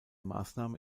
maßnahme